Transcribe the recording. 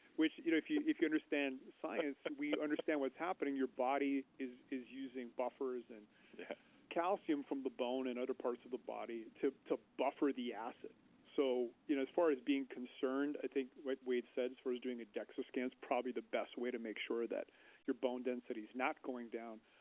which you know you if you understand science, we understand what's happening, your body is is using buffers and calcium from the bone and other parts of the body to to buffer the acid. so you know as far as being concerned, i think, what wade said as far as doing a dexa scan is probably the best way to make sure that your bone density is not going down.